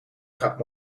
gaat